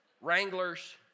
wranglers